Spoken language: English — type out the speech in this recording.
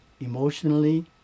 emotionally